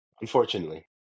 Unfortunately